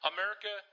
America